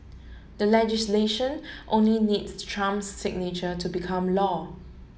the legislation only needs Trump's signature to become law